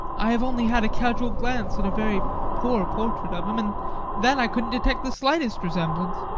i have only had a casual glance at a very poor portrait of him, and then i couldn't detect the slightest resemblance.